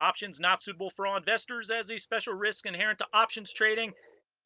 options not suitable for all investors as a special risk inherent to options trading